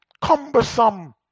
cumbersome